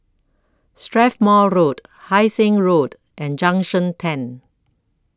Strathmore Road Hai Sing Road and Junction ten